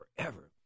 forever